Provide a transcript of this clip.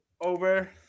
over